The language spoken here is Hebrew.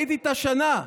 היית איתה שנה.